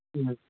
ꯎꯝ